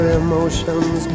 emotions